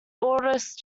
oldest